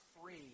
free